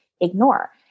ignore